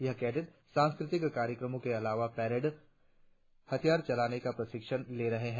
यह कैडेट सांस्कृतिक कार्यक्रमों के अलावा परेड हथियार चलाने का प्रशिक्षण ले रहे है